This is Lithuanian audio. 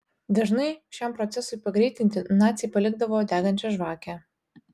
dažnai šiam procesui pagreitinti naciai palikdavo degančią žvakę